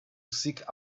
seek